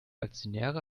aktionäre